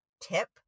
tip